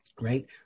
right